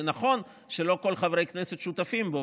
זה נכון שלא כל חברי כנסת שותפים בו,